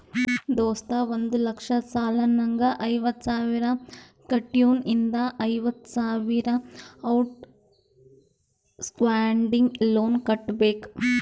ದೋಸ್ತ ಒಂದ್ ಲಕ್ಷ ಸಾಲ ನಾಗ್ ಐವತ್ತ ಸಾವಿರ ಕಟ್ಯಾನ್ ಇನ್ನಾ ಐವತ್ತ ಸಾವಿರ ಔಟ್ ಸ್ಟ್ಯಾಂಡಿಂಗ್ ಲೋನ್ ಕಟ್ಟಬೇಕ್